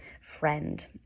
friend